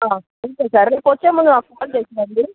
అంతే సార్ రేపొచ్చేముందు నాకు కాల్ చేసి రండి